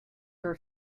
her